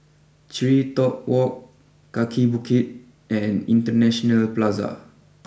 TreeTop walk Kaki Bukit and International Plaza